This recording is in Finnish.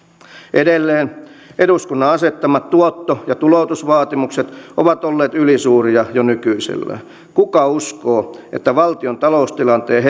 edelleen eduskunnan asettamat tuotto ja tuloutusvaatimukset ovat olleet ylisuuria jo nykyisellään kuka uskoo että valtion taloustilanteen